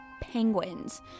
penguins